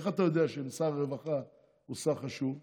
איך אתה יודע ששר הרווחה הוא שר חשוב בקואליציה?